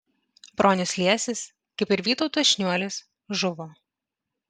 bronius liesis kaip ir vytautas šniuolis žuvo